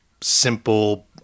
simple